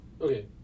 Okay